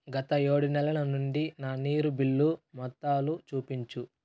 గత ఏడు నెలల నుండి నా నీరు బిల్లు మొత్తాలు చూపించు